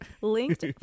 linked